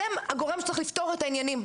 אתם הגורם שצריך לפתור את העניינים,